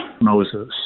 Moses